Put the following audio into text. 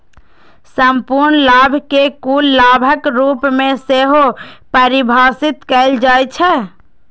संपूर्ण लाभ कें कुल लाभक रूप मे सेहो परिभाषित कैल जाइ छै